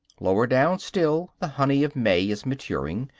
lower down still, the honey of may is maturing,